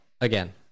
Again